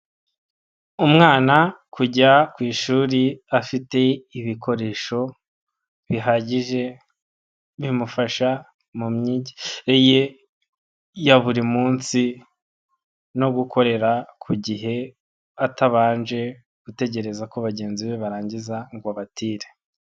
Umwana kujya ku ishuri afite ibikoresho bihagije bimufasha mu myigire ye yaburi munsi, no gukorera ku gihe atabanje gutegereza ko bagenzi be barangiza ngo abatire.